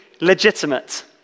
legitimate